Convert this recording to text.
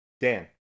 Dan